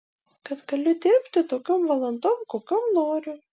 kad galiu dirbti tokiom valandom kokiom noriu